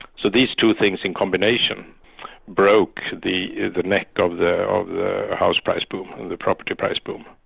so these two things, in combination broke the the neck of the the house price boom and the property price boom.